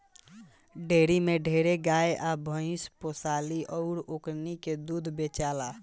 dairy में ढेरे गाय आ भइस पोसाली अउर ओकनी के दूध बेचाला